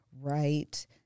right